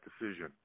decision